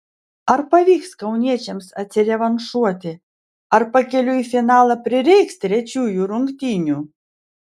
ar pavyks kauniečiams atsirevanšuoti ar pakeliui į finalą prireiks trečiųjų rungtynių